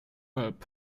bulb